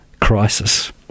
crisis